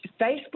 Facebook